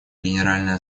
генеральная